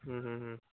ಹ್ಞೂ ಹ್ಞೂ ಹ್ಞೂ